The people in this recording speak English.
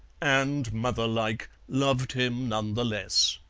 and, mother-like, loved him none the less.